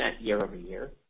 year-over-year